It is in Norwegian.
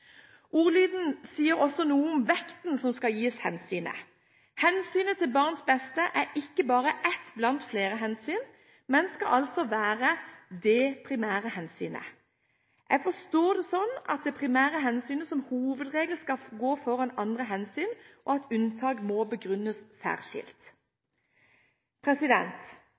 Ordlyden sier også noe om vekten som hensynet skal tillegges. Hensynet til barns beste er ikke bare ett blant flere hensyn, men skal altså være det primære hensynet. Jeg forstår det sånn at det primære hensynet som hovedregel skal gå foran andre hensyn, og at unntak må begrunnes